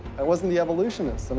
it wasn't the evolutionists. and